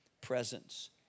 presence